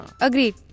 Agreed